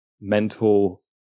mental